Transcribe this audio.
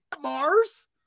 Mars